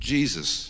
Jesus